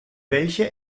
welche